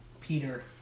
Peter